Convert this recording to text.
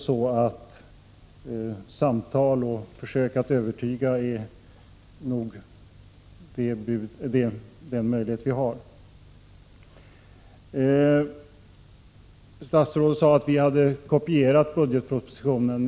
Samtal och försök att övertyga är trots allt den möjlighet vi har. Statsrådet sade att vi hade kopierat budgetpropositionen.